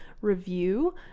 review